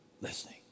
listening